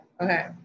Okay